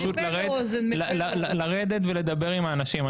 פשוט לרדת ולדבר עם האנשים.